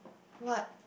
what